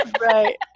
Right